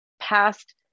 past